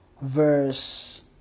verse